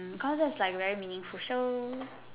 because it's like very meaningful show